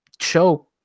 show